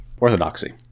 orthodoxy